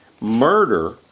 murder